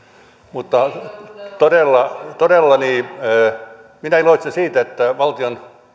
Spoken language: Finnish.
mutta todella todella minä iloitsen siitä että valtion